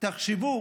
תחשבו